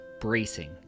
bracing